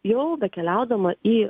jau bekeliaudama į